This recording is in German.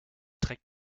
trägt